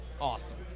Awesome